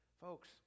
Folks